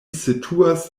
situas